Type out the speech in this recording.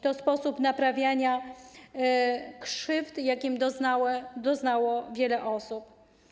To sposób naprawiania krzywd, jakich doznało wiele osób.